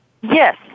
Yes